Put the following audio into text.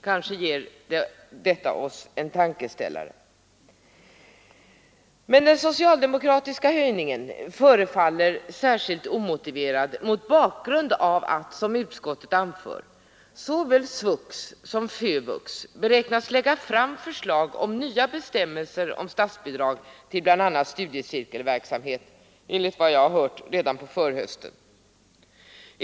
Kanske ger detta oss en tankeställare. Den socialdemorkatiska höjningen förefaller särskilt omotiverad mot bakgrund av att, som utskottet anför, såväl SVUX som FÖVUX i år beräknas lägga fram förslag om nya bestämmelser om statsbidrag till bl.a. studiecirkelverksamhet — enligt vad jag har hört redan på förhösten.